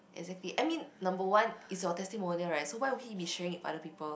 exactly I mean number one it's your testimonial eh so why would he be showing it other people